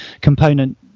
component